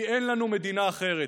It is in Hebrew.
כי אין לנו מדינה אחרת.